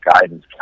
guidance